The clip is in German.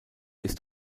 ist